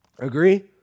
Agree